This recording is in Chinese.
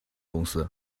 公司